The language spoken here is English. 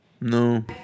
No